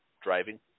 driving